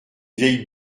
vieille